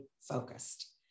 focused